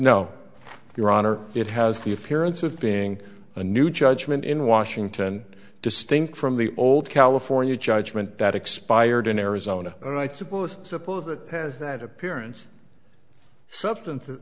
know your honor it has the appearance of being a new judgment in washington distinct from the old california judgment that expired in arizona and i suppose suppose that that appearance substan